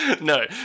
No